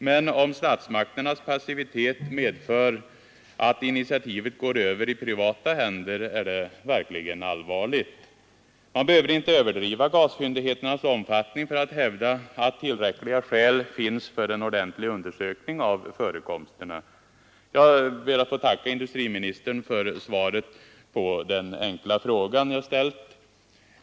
Men om statsmakternas passivitet medför att initiativet går över i privata händer är det verkligen allvarligt. Man behöver inte överdriva gasfyndigheternas omfattning för att hävda att tillräckliga skäl finns för en ordentlig undersökning av förekomsterna. Jag ber att få tacka industriministern för svaret på min enkla fråga.